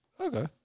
Okay